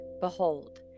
behold